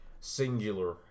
singular